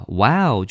wow